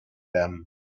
them